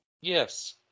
Yes